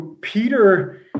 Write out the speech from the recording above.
Peter